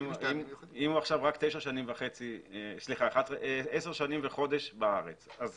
אם הוא עכשיו רק עשר שנים וחודש בארץ, אז